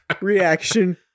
reaction